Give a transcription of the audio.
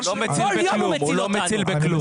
הוא לא מציל בכלום.